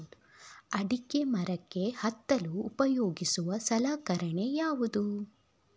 ಅಡಿಕೆ ಮರಕ್ಕೆ ಹತ್ತಲು ಉಪಯೋಗಿಸುವ ಸಲಕರಣೆ ಯಾವುದು?